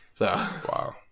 Wow